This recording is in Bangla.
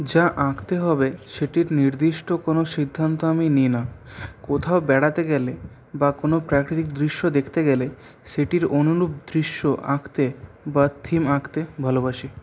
যা আঁকতে হবে সেটির নির্দিষ্ট কোনো সিদ্ধান্ত আমি নিই না কোথাও বেড়াতে গেলে বা কোনো প্রাকৃতিক দৃশ্য দেখতে গেলে সেটির অনুরূপ দৃশ্য আঁকতে বা থিম আঁকতে ভালোবাসি